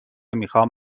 میخوام